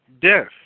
death